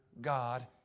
God